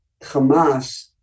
Hamas